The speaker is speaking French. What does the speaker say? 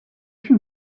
une